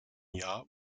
jahr